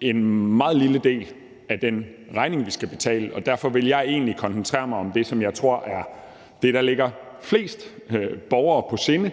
en meget lille del af den regning, vi skal betale, og derfor vil jeg egentlig koncentrere mig om det, som jeg tror er det, der ligger flest borgere på sinde,